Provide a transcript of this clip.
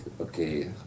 okay